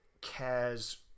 cares